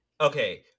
okay